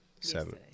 Seven